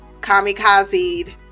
kamikaze